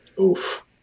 Oof